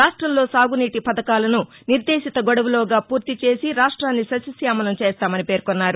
రాష్టంలో సాగునీటి పథకాలను నిర్దేశిత గడువులోగా పూర్తి చేసి రాష్ట్రాన్ని సశ్యశ్యామలం చేస్తామని పేర్కొన్నారు